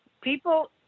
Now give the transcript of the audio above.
people